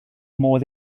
modd